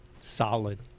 Solid